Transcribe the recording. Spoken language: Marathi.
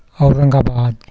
औरंगाबाद